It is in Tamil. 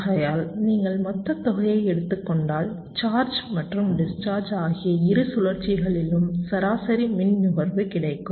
ஆகையால் நீங்கள் மொத்தத் தொகையை எடுத்துக் கொண்டால் சார்ஜ் மற்றும் டிஸ்சார்ஜ் ஆகிய இரு சுழற்சிகளிலும் சராசரி மின் நுகர்வு கிடைக்கும்